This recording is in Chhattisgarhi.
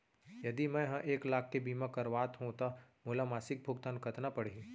यदि मैं ह एक लाख के बीमा करवात हो त मोला मासिक भुगतान कतना पड़ही?